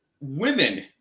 women